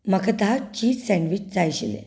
म्हाका धा cheese sandwich जाय आशिल्लें